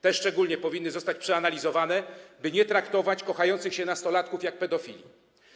To szczególnie powinno zostać przeanalizowane, by nie traktować kochających się nastolatków jak pedofilów.